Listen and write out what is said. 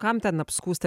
kam ten apskųsti